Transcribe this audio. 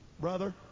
Brother